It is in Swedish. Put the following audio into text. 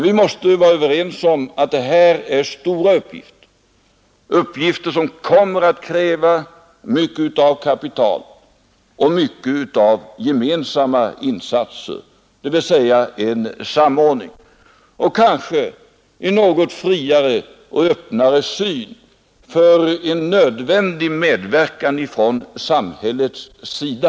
Vi måste vara överens om att detta är stora uppgifter, uppgifter som kommer att kräva mycket av kapital och mycket av gemensamma insatser, dvs. en samordning, och kanske en något friare och öppnare syn för en nödvändig medverkan från samhällets sida.